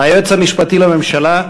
היועץ המשפטי לממשלה,